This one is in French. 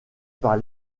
par